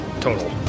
total